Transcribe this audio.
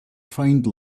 find